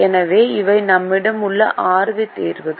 எனவே இவை நம்மிடம் உள்ள 6 தீர்வுகள்